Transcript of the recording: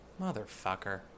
Motherfucker